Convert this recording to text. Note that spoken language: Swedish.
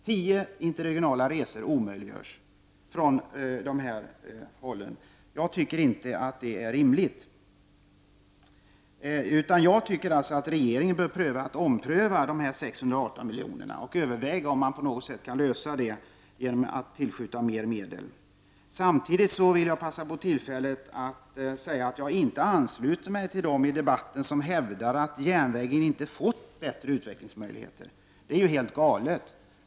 Tio interregionala resor omöjliggörs från det aktuella området. Jag tycker inte att det är rimligt. Regeringen bör ompröva frågan om dessa 618 milj.kr. och överväga om man på något sätt kan lösa problemet genom att tillskjuta mer medel. Samtidigt vill jag passa på tillfället att säga att jag inte ansluter mig till dem i debatten som hävdar att järnvägen inte fått bättre utvecklingsmöjligheter. Det är ju helt galet.